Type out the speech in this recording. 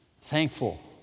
Thankful